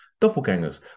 doppelgangers